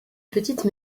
petites